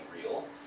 real